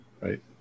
Right